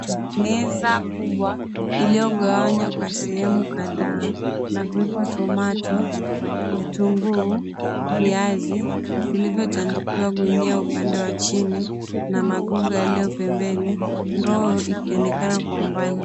Meza kubwa iliyogawanywa kwa sehemu kadhaa na kuwekwa tomato, vitunguu, viazi vilivyotandikiwa gunia upande wa chini na magogo yaliyo pembeni, ndoo ikionekana kwa mbali.